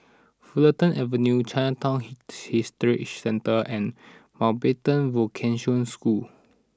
Fulton Avenue Chinatown Heritage Centre and Mountbatten Vocational School